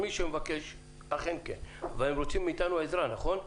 הם רוצים מאיתנו עזרה, נכון?